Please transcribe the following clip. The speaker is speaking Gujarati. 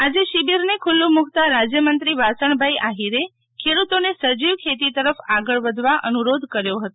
આજે શિબિરને ખુલ્લું મુકતા રાજ્યમંત્રી વાસણભાઈ આહિરે ખેડૂતોને સજીવ ખેતી તરફ આગળ વધવા અનુરોધ કર્યો હતો